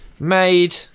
made